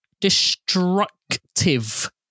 destructive